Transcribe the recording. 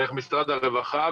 דרך משרד הרווחה,